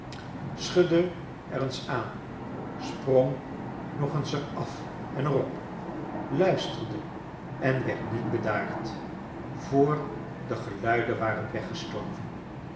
er eens aan sprong nog eens er af en er op luisterde en werd niet bedaard voor de geluiden waren weggestorven